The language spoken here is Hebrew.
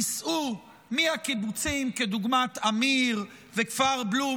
ייסעו מהקיבוצים כדוגמת עמיר וכפר בלום